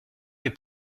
mes